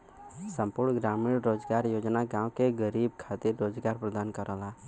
संपूर्ण ग्रामीण रोजगार योजना गांव के गरीबन खातिर रोजगार प्रदान करला